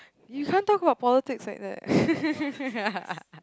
you can't talk about politics like that